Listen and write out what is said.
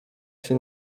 się